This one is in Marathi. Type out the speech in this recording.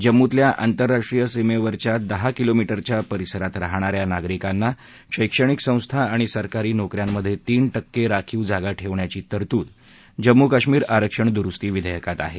जम्मूतल्या आंतरराष्ट्रीय सीमेवरच्या दहा किलोमीटरच्या परिसरात राहणा या नागरिकांना शैक्षणिक संस्था आणि सरकारी नोक यांमधे तीन टक्के राखीव जागा ठेवण्याची तरतूद जम्मू कश्मीर आरक्षण दुरुस्ती विधेयकात आहे